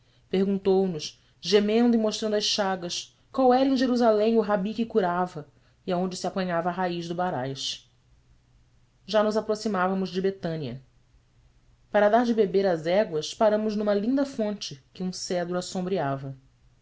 e mostrando as chagas qual era em jerusalém o rabi que curava e aonde se apanhava a raiz do baraz já nos aproximávamos de betânia para dar de beber às éguas paramos numa linda fonte que um cedro assombreava